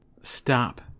Stop